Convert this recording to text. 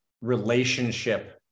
relationship